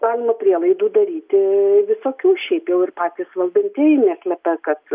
galima prielaidų daryti visokių šiaip jau ir patys valdantieji neslepia kad